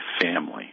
family